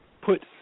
put